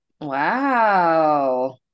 Wow